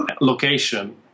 location